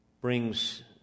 brings